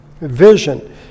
Vision